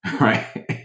right